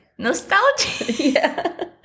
Nostalgia